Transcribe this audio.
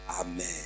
Amen